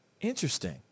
Interesting